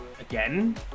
again